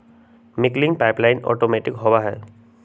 milking pipeline automatic होबा हई